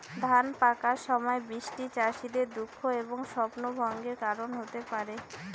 ধান পাকার সময় বৃষ্টি চাষীদের দুঃখ এবং স্বপ্নভঙ্গের কারণ হতে পারে